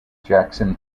jackson